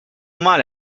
male